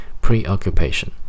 preoccupation